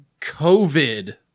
COVID